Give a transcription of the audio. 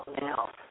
now